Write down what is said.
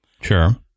Sure